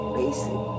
basic